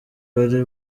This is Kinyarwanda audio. wari